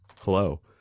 hello